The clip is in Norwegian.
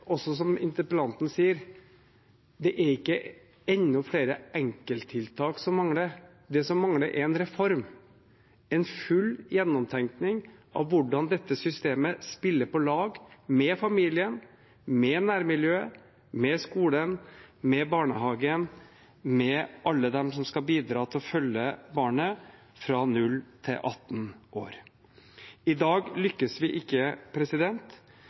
det ikke enda flere enkelttiltak som mangler. Det som mangler, er en reform – en full gjennomtenkning av hvordan dette systemet spiller på lag med familien, med nærmiljøet, med skolen, med barnehagen, med alle dem som skal bidra til å følge barnet fra 0–18 år. I dag lykkes vi ikke.